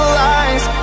lies